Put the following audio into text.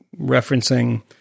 referencing